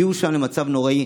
הם הגיעו שם למצב נוראי,